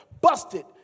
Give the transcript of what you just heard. busted